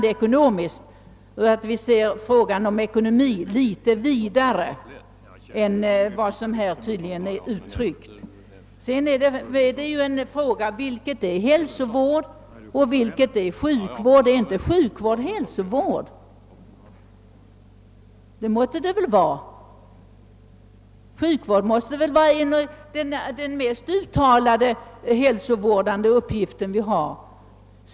Jag antar alltså att fröken Åsbrink ser frågan om ekonomin litet vidare än vad som framgår av reservationens skrivning. Man kan vidare fråga sig: Vilket är hälsovård och vilket är sjukvård? Är inte sjukvård hälsovård? Sjukvården måste väl vara den mest utpräglade hälsovårdande uppgift vi har.